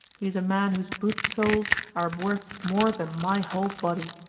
he is a man whose boot soles are worth more than my whole body.